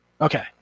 Okay